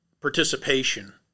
participation